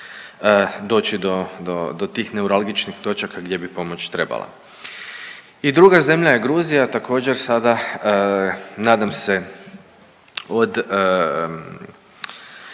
do, do tih neuralgičnih točaka gdje bi pomoć trebala. I druga zemlja je Gruzija, također sada nadam se od